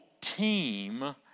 team